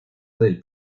del